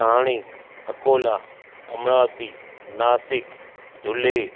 Thane Akola Amravati Nashik Dhule